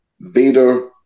Vader